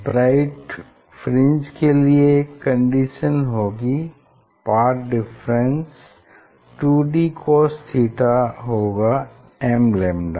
bright fringe के लिए condition होगी पाथ डिफरेंस 2dcos थीटा होगा m लैम्डा